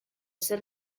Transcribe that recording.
zer